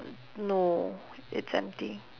no it's empty